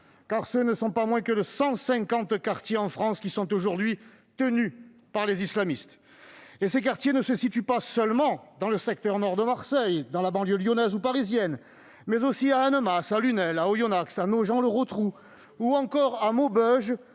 car ce ne sont pas moins de 150 quartiers en France qui sont aujourd'hui tenus par les islamistes. Et ces quartiers ne se situent pas seulement dans le secteur nord de Marseille, dans la banlieue lyonnaise ou parisienne. On en trouve aussi à Annemasse, à Lunel, à Oyonnax, à Nogent-le-Rotrou ou encore à Maubeuge,